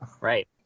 Right